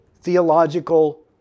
theological